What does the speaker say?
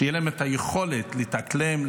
שתהיה להם היכולת להתאקלם,